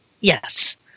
yes